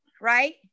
right